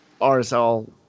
rsl